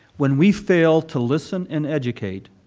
when we fail to listen and educate,